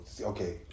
Okay